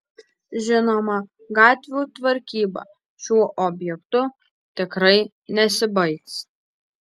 žinoma gatvių tvarkyba šiuo objektu tikrai nesibaigs